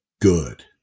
good